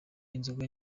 inzoga